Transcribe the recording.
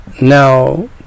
Now